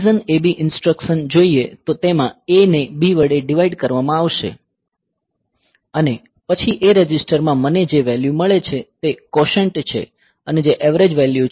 DIV AB instruction જોઈએ તો તેમાં A ને B વડે ડિવાઈડ કરવામાં આવશે અને પછી A રજીસ્ટરમાં મને જે વેલ્યૂ મળે છે તે કોશન્ટ છે અને જે એવરેજ વેલ્યૂ છે